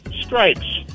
Stripes